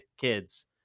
kids